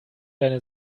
deine